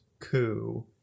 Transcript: coup